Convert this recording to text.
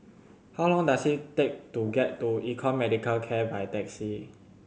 how long does it take to get to Econ Medicare K by taxi